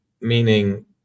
Meaning